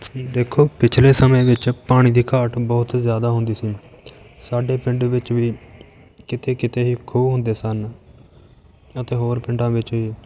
ਦੇਖੋ ਪਿਛਲੇ ਸਮੇਂ ਵਿੱਚ ਪਾਣੀ ਦੀ ਘਾਟ ਬਹੁਤ ਏ ਜ਼ਿਆਦਾ ਹੁੰਦੀ ਸੀ ਸਾਡੇ ਪਿੰਡ ਵਿੱਚ ਵੀ ਕਿਤੇ ਕਿਤੇ ਹੀ ਖੂਹ ਹੁੰਦੇ ਸਨ ਅਤੇ ਹੋਰ ਪਿੰਡਾਂ ਵਿੱਚ ਵੀ